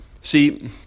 See